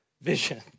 vision